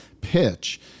pitch